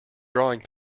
drawing